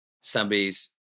somebody's